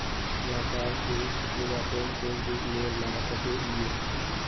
सलाहकार के सेवा कौन कौन रूप में ला सके हिये?